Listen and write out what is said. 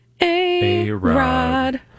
A-rod